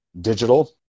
digital